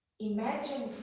imagine